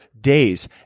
days